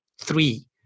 three